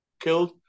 killed